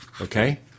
okay